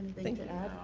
anything to add?